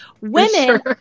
women